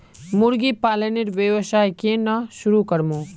मुर्गी पालनेर व्यवसाय केन न शुरु करमु